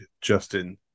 Justin